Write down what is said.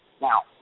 Now